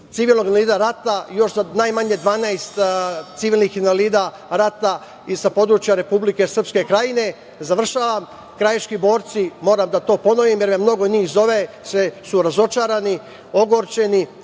civilnog invalida rata još za najmanje 12 civilnih invalida rata sa područja Republike Srpske Krajine. Krajiški borci, moram to da ponovim jer me mnogo njih zove, su razočarani, ogorčeni,